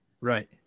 Right